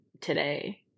today